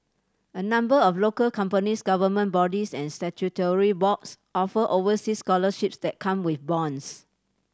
a number of local companies government bodies and statutory boards offer overseas scholarships that come with bonds